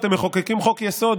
אתם מחוקקים חוק-יסוד,